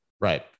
Right